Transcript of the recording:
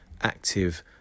active